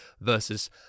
versus